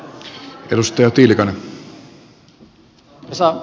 ettekö te osaa omastanne